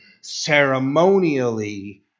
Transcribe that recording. ceremonially